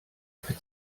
für